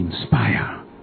inspire